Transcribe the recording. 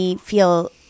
feel